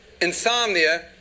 insomnia